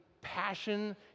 passion